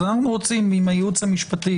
אז אנחנו רוצים עם הייעוץ המשפטי